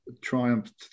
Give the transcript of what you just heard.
triumphed